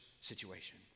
situation